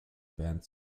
band